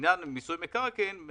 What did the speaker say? לעניין מיסוי מקרקעין,